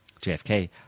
JFK